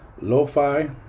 Lo-Fi